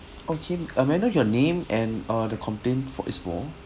okay um may I know your name and uh the complaint for is for